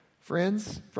friends